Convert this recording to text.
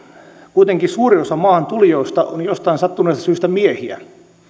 kuitenkin suurin osa maahantulijoista on jostain sattuneesta syystä miehiä